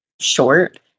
short